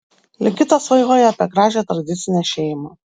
ligitas svajoja apie gražią tradicinę šeimą